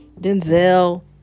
Denzel